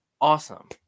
Awesome